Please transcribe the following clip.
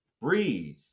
breathe